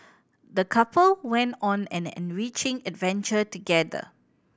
the couple went on an enriching adventure together